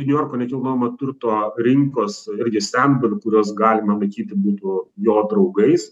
niujorko nekilnojamo turto rinkos irgi senbūvių kuriuos galima laikyti būtų jo draugais